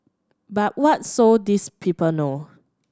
but what so these people know